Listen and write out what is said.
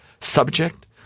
subject